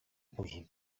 puzzled